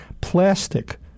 plastic